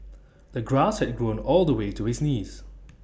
the grass had grown all the way to his knees